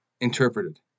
interpreted